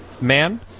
man